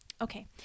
okay